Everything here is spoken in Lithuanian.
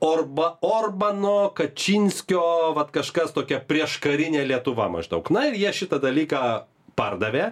orba orbano kačinskio vat kažkas tokia prieškarinė lietuva maždaug na ir jie šitą dalyką pardavė